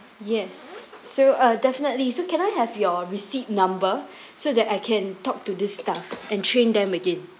yes so uh definitely so can I have your receipt number so that I can talk to this staff and train them again